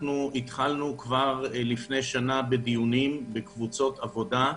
אנחנו התחלנו כבר לפני שנה בדיונים בקבוצות עבודה.